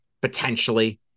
potentially